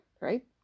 right